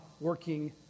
working